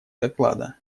доклада